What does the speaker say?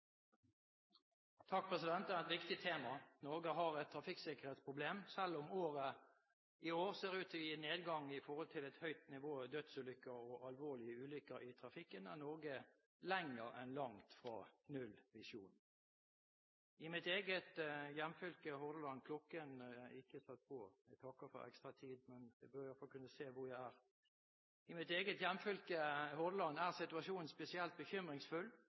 et viktig tema. Norge har et trafikksikkerhetsproblem. Selv om året i år ser ut til å gi en nedgang i forhold til et høyt nivå av dødsulykker og alvorlige ulykker i trafikken, er Norge lenger enn langt fra nullvisjonen. I mitt eget hjemfylke, Hordaland, er situasjonen spesielt bekymringsfull. Vi har fortsatt et høyt antall dødsulykker, og vi har ikke den samme markerte nedgangen i år som andre fylker har. I tillegg har Hordaland